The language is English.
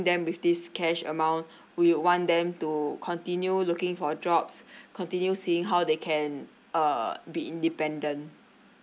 then with this cash amount we want them to continue looking for jobs continue seeing how they can uh be independent